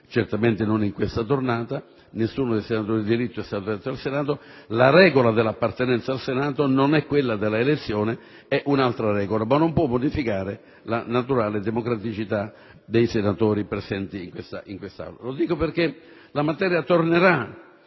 certamente non in questa tornata. Nessuno dei senatori di diritto è stato eletto al Senato. La regola dell'appartenenza al Senato non è quella della elezione, è un'altra ma non può modificare la naturale democraticità dei senatori presenti in Aula. Lo dico perché la materia tornerà